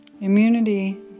Immunity